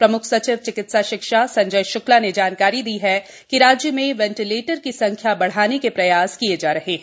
प्रमुख सचिव चिकित्सा शिक्षा संजय श्क्ला ने जानकारी दी कि राज्य में वेंटिलेटर की संख्या बढ़ाने के प्रयास किए जा रहे हैं